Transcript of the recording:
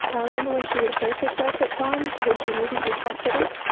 i remember when she would hurt herself at times when she needed to be comforted,